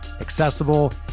accessible